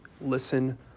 listen